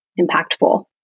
impactful